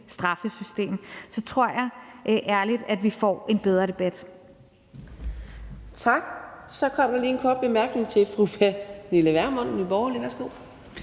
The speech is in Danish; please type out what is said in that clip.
Så tror jeg ærligt, at vi får en bedre debat.